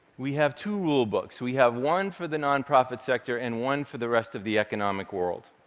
we have two rulebooks. we have one for the nonprofit sector, and one for the rest of the economic world.